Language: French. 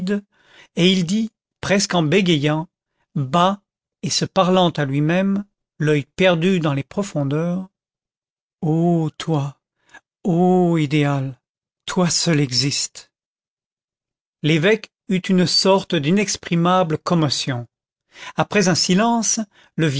et il dit presque en bégayant bas et se parlant à lui-même l'oeil perdu dans les profondeurs o toi ô idéal toi seul existes l'évêque eut une sorte d'inexprimable commotion après un silence le